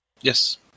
Yes